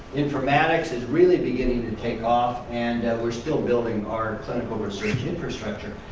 informatics is really beginning to take off and we're still building our clinical research infrastructure.